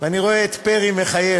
ואני רואה את פרי מחייך.